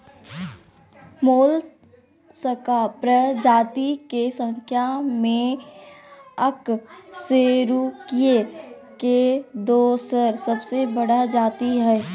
Mollusca प्रजाति के संख्या में अकशेरूकीय के दोसर सबसे बड़ा जाति हइ